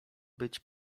być